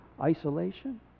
Isolation